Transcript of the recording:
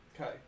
Okay